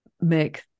make